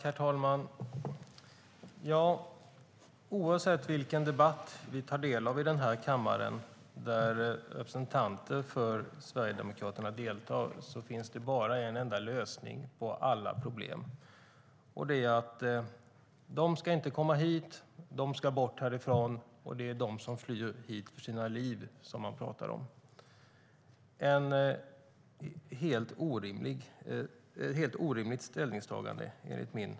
Herr talman! Oavsett vilken debatt vi tar del av i kammaren där representanter för Sverigedemokraterna deltar finns det bara en lösning på alla problem, nämligen att de inte ska komma hit och att de ska bort härifrån. Man pratar då om dem som flyr hit för sina liv, och det är enligt min uppfattning ett helt orimligt ställningstagande.